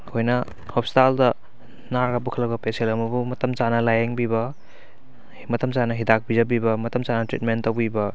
ꯑꯩꯈꯣꯏꯅ ꯍꯣꯁꯄꯤꯇꯥꯜꯗ ꯅꯥꯔꯒ ꯄꯨꯈꯠꯂꯛꯂꯕ ꯄꯦꯁꯦꯜ ꯑꯃꯕꯨ ꯃꯇꯝ ꯆꯥꯅ ꯂꯥꯏꯌꯦꯡꯕꯤꯕ ꯃꯇꯝ ꯆꯥꯅ ꯍꯤꯗꯥꯛ ꯄꯤꯖꯕꯤꯕ ꯃꯇꯝ ꯆꯥꯅ ꯇ꯭ꯔꯤꯠꯃꯦꯟ ꯇꯧꯕꯤꯕ